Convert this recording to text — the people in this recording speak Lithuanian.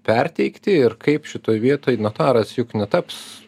perteikti ir kaip šitoj vietoj notaras juk netaps